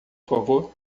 favor